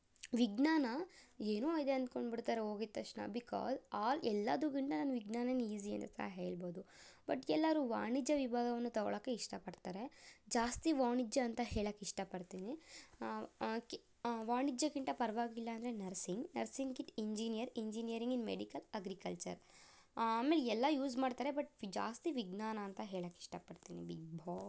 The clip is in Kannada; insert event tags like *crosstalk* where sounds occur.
ವಿಜ್ಞಾನ ಏನೋ ಇದೆ ಅಂದ್ಕೊಂಡ್ಬಿಡ್ತಾರೆ ಹೋಗಿದ್ದ ತಕ್ಷಣ ಬಿಕಾಸ್ ಆಲ್ ಎಲ್ಲಾದುಗಿಂತ ನಾನು ವಿಜ್ಞಾನಾನ ಈಸಿ ಅಂತ ಹೇಳ್ಬೋದು ಬಟ್ ಎಲ್ಲರೂ ವಾಣಿಜ್ಯ ವಿಭಾಗವನ್ನು ತೊಗೊಳಕ್ಕೆ ಇಷ್ಟಪಡ್ತಾರೆ ಜಾಸ್ತಿ ವಾಣಿಜ್ಯ ಅಂತ ಹೇಳಕ್ಕೆ ಇಷ್ಟಪಡ್ತೀನಿ ವಾಣಿಜ್ಯಕ್ಕಿಂತ ಪರವಾಗಿಲ್ಲ ಅಂದರೆ ನರಸಿಂಗ್ ನರ್ಸಿಂಗ್ಕ್ಕಿಂತ engineer engineering in medical agriculture ಆಮೇಲೆ ಎಲ್ಲ ಯೂಸ್ ಮಾಡ್ತಾರೆ ಬಟ್ ಜಾಸ್ತಿ ವಿಜ್ಞಾನ ಅಂತ ಹೇಳಕ್ಕೆ ಇಷ್ಟಪಡ್ತೀನಿ *unintelligible*